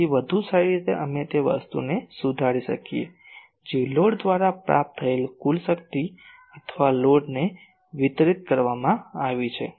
તેથી વધુ સારી રીતે અમે તે વસ્તુને સુધારી શકીએ જે લોડ દ્વારા પ્રાપ્ત થયેલ કુલ શક્તિ અથવા લોડને વિતરિત કરવામાં આવી છે